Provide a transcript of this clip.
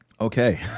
Okay